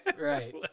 Right